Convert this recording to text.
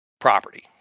property